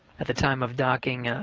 at the time of docking, ah